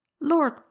lord